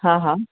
हा हा